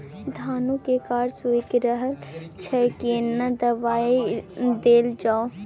धान के कॉर सुइख रहल छैय केना दवाई देल जाऊ?